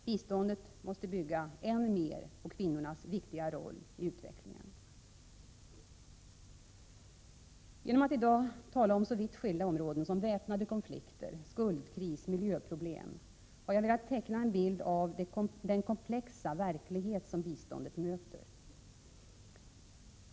Biståndet måste ännu mer bygga på kvinnornas viktiga roll i utvecklingen. Genom att i dag tala om så vitt skilda områden som väpnade konflikter, skuldkris och miljöproblem har jag också velat teckna en bild av den komplexa verklighet som biståndet möter.